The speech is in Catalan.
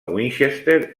winchester